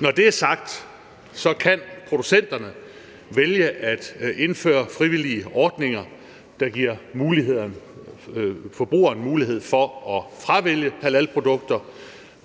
Når det er sagt, så kan producenterne vælge at indføre frivillige ordninger, der giver forbrugeren mulighed for at fravælge halalprodukter,